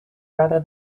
rather